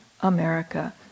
America